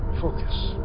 Focus